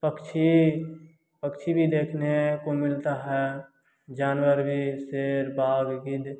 पक्षी पक्षी भी देखने को मिलता है जानवर भी शेर बाघ गिद्ध